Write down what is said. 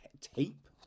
Tape